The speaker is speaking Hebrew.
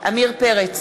עמיר פרץ,